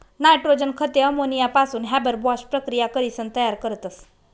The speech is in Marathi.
नायट्रोजन खते अमोनियापासून हॅबर बाॅश प्रकिया करीसन तयार करतस